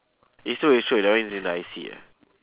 is true is true that one is in the I_C [what]